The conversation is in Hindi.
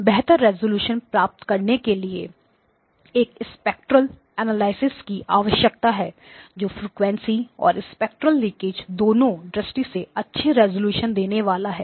बेहतर रेजोल्यूशन प्राप्त करने के लिए एक स्पेक्ट्रेल एनालिसिस की आवश्यकता है जो फ्रीक्वेंसी और स्पेक्ट्रेल लीकेज दोनों दृष्टि से अच्छे रेजोल्यूशन देने वाला हो